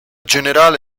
generale